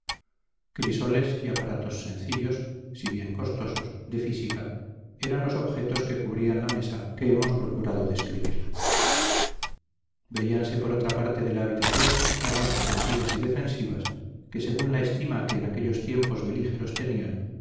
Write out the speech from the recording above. crisoles y aparatos sencillos si bien costosos de física eran los objetos que cubrían la mesa que hemos procurado describir veíanse a otra parte de la habitación armas ofensivas y defensivas que según la estima que en aquellos tiempos belígeros tenían